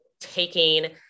taking